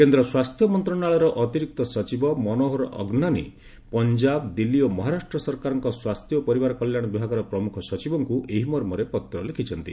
କେନ୍ଦ୍ର ସ୍ୱାସ୍ଥ୍ୟ ମନ୍ତ୍ରଣାଳୟର ଅତିରିକ୍ତ ସଚିବ ମନୋହର ଅଗ୍ନାନୀ ପଞ୍ଜାବ ଦିଲ୍ଲୀ ଓ ମହାରାଷ୍ଟ୍ର ସରକାରଙ୍କ ସ୍ୱାସ୍ଥ୍ୟ ଓ ପରିବାର କଲ୍ୟାଣ ବିଭାଗର ପ୍ରମୁଖ ସଚିବଙ୍କୁ ଏହି ମର୍ମରେ ପତ୍ର ଲେଖିଛନ୍ତି